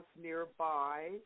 nearby